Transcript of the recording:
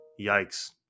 yikes